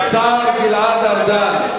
השר גלעד ארדן.